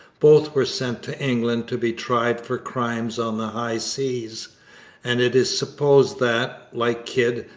both were sent to england to be tried for crimes on the high seas and it is supposed that, like kidd,